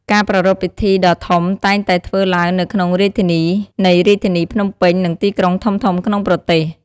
ការប្រារព្ធពិធីដ៏ធំតែងតែធ្វើឡើងនៅក្នុងរាជធានីនៃរាជធានីភ្នំពេញ និងទីក្រុងធំៗក្នុងប្រទេស។